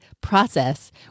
process